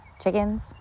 chickens